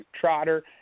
Trotter